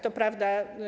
To prawda.